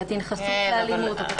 הקטין חשוף לאלימות.